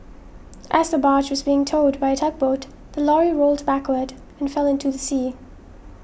as the barge was being towed by a tugboat the lorry rolled backward and fell into the sea